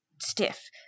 Stiff